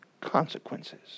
consequences